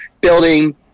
building